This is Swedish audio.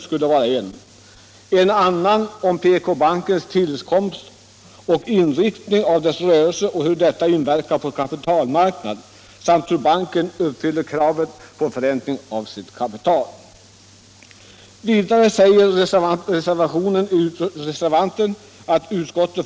En redogörelse för PK-bankens tillkomst och för hur inriktningen av dess rörelse har inverkat på kapitalmarknaden liksom ett klargörande av hur banken uppfyller kravet på förräntning av sitt kapital anser de också behövas.